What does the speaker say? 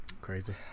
crazy